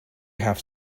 have